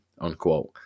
unquote